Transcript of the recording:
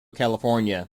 california